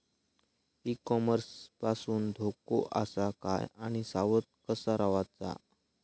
E commerce पासून धोको आसा काय आणि सावध कसा रवाचा?